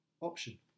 option